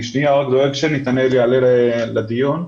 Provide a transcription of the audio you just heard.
אני שניה דואג שנתנאל יעלה לדיון?